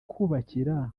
kubakira